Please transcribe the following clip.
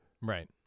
Right